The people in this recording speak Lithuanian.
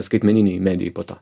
skaitmeninei medijai po to